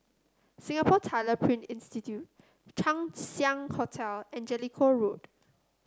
Singapore Tyler Print Institute Chang Ziang Hotel and Jellicoe Road